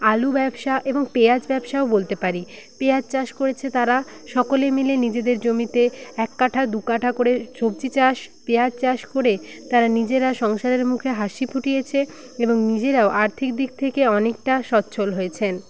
আলু ব্যবসা এবং পেঁয়াজ ব্যবসাও বলতে পারি পেঁয়াজ চাষ করেছে তারা সকলে মিলে নিজেদের জমিতে এক কাঠা দু কাঠা করে সবজি চাষ পেঁয়াজ চাষ করে তারা নিজেরা সংসারের মুখে হাসি ফুটিয়েছে এবং নিজেরাও আর্থিক দিক থেকে অনেকটা সচ্ছল হয়েছেন